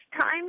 time